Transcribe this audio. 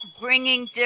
bringing